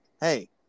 hey